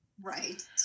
Right